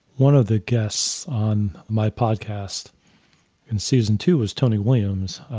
one of the guests on my podcast in season two is tony williams,